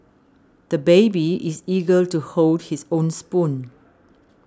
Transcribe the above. the baby is eager to hold his own spoon